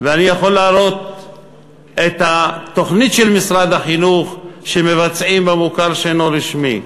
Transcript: ואני יכול להראות את התוכנית של משרד החינוך שמבצעים במוכר שאינו רשמי.